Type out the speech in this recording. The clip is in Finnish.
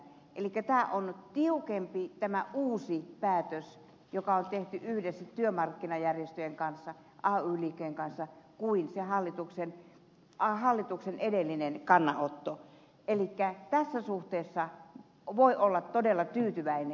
elikkä tämä on tiukempi tämä uusi päätös joka on tehty yhdessä työmarkkinajärjestöjen kanssa ay liikkeen kanssa kuin se hallituksen edellinen kannanotto elikkä tässä suhteessa voi olla todella tyytyväinen